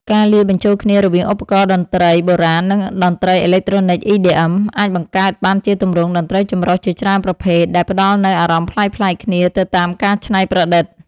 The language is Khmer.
ការលាយបញ្ចូលគ្នារវាងឧបករណ៍តន្ត្រីបុរាណ និងតន្ត្រីអេឡិចត្រូនិក EDM អាចបង្កើតបានជាទម្រង់តន្ត្រីចម្រុះជាច្រើនប្រភេទ ដែលផ្តល់នូវអារម្មណ៍ប្លែកៗគ្នាទៅតាមការច្នៃប្រឌិត។